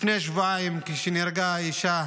לפני שבועיים, כשנהרגה אישה